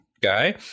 guy